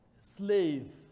slave